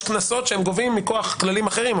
יש קנסות שהם גובים מכוח כללים אחרים.